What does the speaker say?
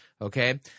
Okay